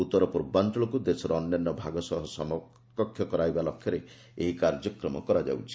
ଉତ୍ତର ପୂର୍ବାଞ୍ଚଳକୁ ଦେଶର ଅନ୍ୟାନ୍ୟ ଭାଗ ସହ ସମକକ୍ଷ କରାଇବା ଲକ୍ଷ୍ୟରେ ଏହି କାର୍ଯ୍ୟକ୍ରମ କରାଯାଉଛି